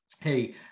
Hey